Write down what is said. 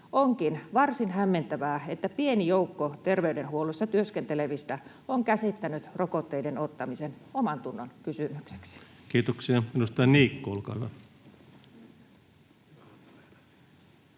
Onkin varsin hämmentävää, että pieni joukko terveydenhuollossa työskentelevistä on käsittänyt rokotteiden ottamisen omantunnonkysymykseksi. [Speech 163] Speaker: